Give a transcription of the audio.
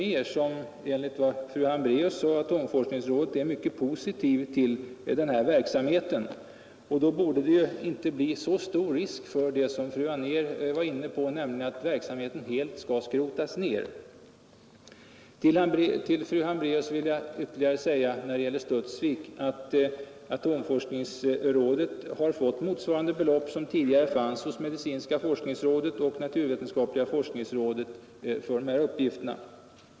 Enligt vad fru Hambraeus sade är ju atomforskningsrådet mycket positivt till den här verksamheten, och då borde det ju inte vara så stor risk för det som fru Anér var inne på, nämligen att verksamheten helt skulle skrotas ner. Till fru Hambraeus vill jag säga när det gäller Studsvik att atomforskningsrådet har fått ett belopp motsvarande det som tidigare gavs till medicinska forskningsrådet och naturvetenskapliga forskningsrådet för dessa uppgifter.